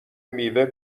میوه